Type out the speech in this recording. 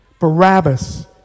Barabbas